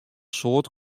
soad